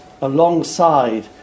alongside